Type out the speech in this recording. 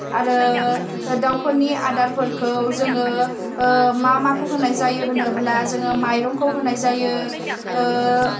आरो दाउफोरनि आदारफोरखौ जोङो मा माखौ होनाय जायो होनोब्ला जोङो माइरंखौ होनाय जायो